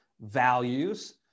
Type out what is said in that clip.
values